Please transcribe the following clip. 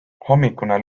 hommikune